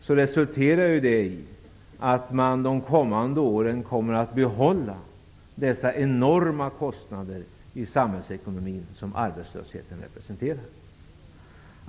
Det resulterar i att man under de kommande åren får behålla dessa enorma kostnader i samhällsekonomin som arbetslösheten representerar.